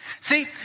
See